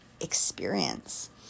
experience